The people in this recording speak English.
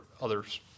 others